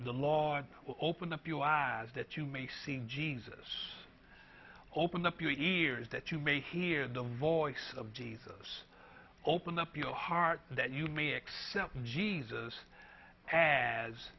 the law will open up your eyes that you may see jesus open up your ears that you may hear the voice of jesus open up your heart that you may accept jesus as